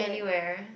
any where